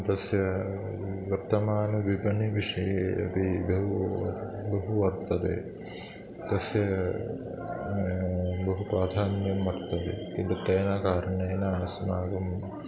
तस्य वर्तमानविपणीविषये अपि बहु बहु वर्तते तस्य बहु प्राधान्यं वर्तते किन्तु तेन कारणेन अस्माकं